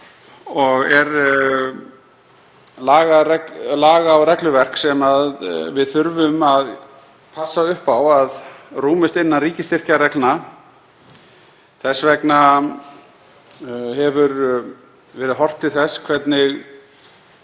og er laga- og regluverk sem við þurfum að passa upp á að rúmist innan ríkisstyrkjareglna. Þess vegna hefur verið horft til þess hvernig